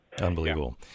Unbelievable